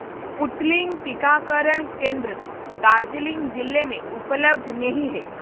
स्पूटनिंग टीकाकरण केंद्र दार्जीलिंग जिले में उपलब्ध नहीं है